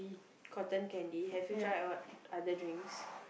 cotton candy have you tried what other drinks